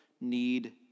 need